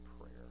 prayer